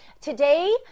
Today